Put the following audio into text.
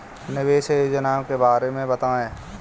निवेश योजनाओं के बारे में बताएँ?